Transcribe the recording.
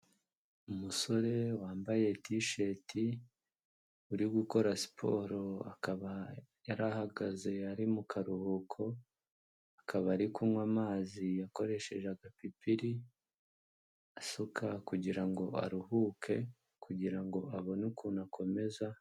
Umusore wambaye tisheti uri gukora siporo akaba yari ahagaze ari mu karuhuko, akaba ari kunywa amazi akoreshega asuka kugirango ngo aruhuke kugira abone ukuntu akomeza.